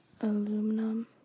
aluminum